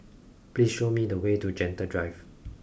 please show me the way to Gentle Drive